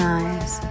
eyes